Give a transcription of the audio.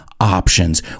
Options